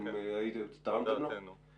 תרמתם לו?